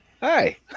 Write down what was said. Hi